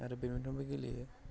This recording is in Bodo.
आरो बेटमिन्टन बो गेलेयो